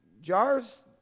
Jars